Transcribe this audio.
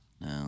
No